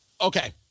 Okay